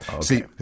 See